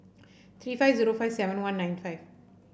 three five zero five seven one nine five